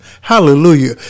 Hallelujah